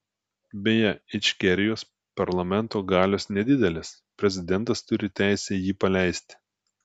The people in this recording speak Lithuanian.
beje ičkerijos parlamento galios nedidelės prezidentas turi teisę jį paleisti